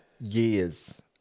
years